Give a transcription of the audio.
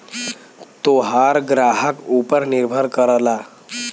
तोहार ग्राहक ऊपर निर्भर करला